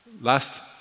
last